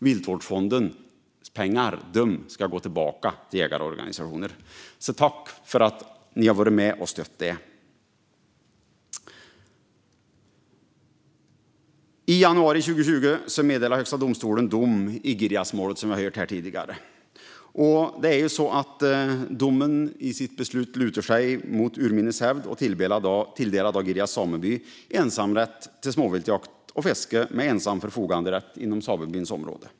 Viltvårdsfondens pengar ska gå tillbaka till jägarorganisationer. Tack för att ni har varit med och stöttat det! I januari 2020 meddelade Högsta domstolen dom i Girjasmålet, vilket vi har hört här tidigare. I domen lutade man sig i sitt beslut mot urminnes hävd och tilldelade Girjas sameby ensamrätt till småviltsjakt och fiske med ensam förfoganderätt inom samebyns område.